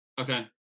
Okay